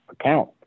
account